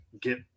get